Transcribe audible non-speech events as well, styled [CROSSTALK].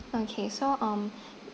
okay so um [BREATH]